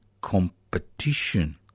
competition